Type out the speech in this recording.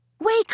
Wake